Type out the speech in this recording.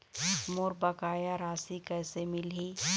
मोर बकाया राशि कैसे मिलही?